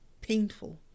painful